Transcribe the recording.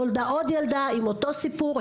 נולדה עוד ילדה עם אותו סיפור,